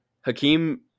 Hakeem